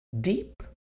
Deep